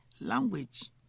language